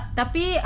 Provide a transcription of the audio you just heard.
tapi